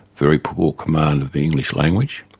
very poor command of the english language.